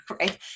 right